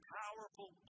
powerful